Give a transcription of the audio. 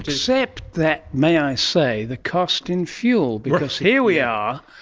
except that, may i say, the cost in fuel because here we are,